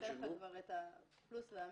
אעשה חישוב של הפלוס והמינוס.